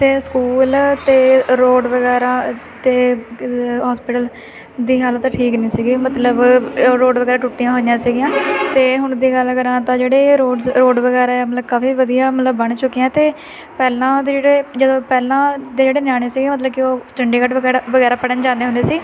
ਤਾਂ ਸਕੂਲ ਅਤੇ ਰੋਡ ਵਗੈਰਾ ਅਤੇ ਗ ਹੋਸਪਿਟਲ ਦੀ ਹਾਲਤ ਠੀਕ ਨਹੀਂ ਸੀਗੀ ਮਤਲਬ ਰੋਡ ਵਗੈਰਾ ਟੁੱਟੀਆਂ ਹੋਈਆਂ ਸੀਗੀਆਂ ਅਤੇ ਹੁਣ ਦੀ ਗੱਲ ਕਰਾਂ ਤਾਂ ਜਿਹੜੇ ਰੋਡਜ਼ ਰੋਡ ਵਗੈਰਾ ਹੈ ਮਤਲਵ ਕਾਫੀ ਵਧੀਆ ਮਤਲਵ ਬਣ ਚੁੱਕੇ ਹੈ ਅਤੇ ਪਹਿਲਾਂ ਦੇ ਜਿਹੜੇ ਜਦੋਂ ਪਹਿਲਾਂ ਦੇ ਜਿਹੜੇ ਨਿਆਣੇ ਸੀ ਮਤਲਵ ਕਿ ਉਹ ਚੰਡੀਗੜ੍ਹ ਵਗੈਰਾ ਵਗੈਰਾ ਪੜ੍ਹਨ ਜਾਂਦੇ ਹੁੰਦੇ ਸੀ